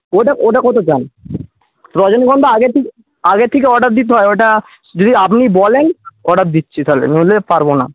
ওটা ওটা কত চান রজনীগন্ধা আগে থেকে আগের থেকে অর্ডার দিতে হয় ওটা যদি আপনি বলেন অর্ডার দিচ্ছি তাহলে না হলে পারবো না